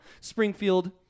Springfield